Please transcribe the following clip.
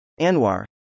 Anwar